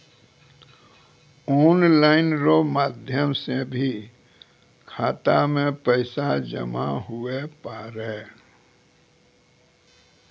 online रो माध्यम से भी खाता मे पैसा जमा हुवै पारै